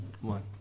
One